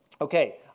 Okay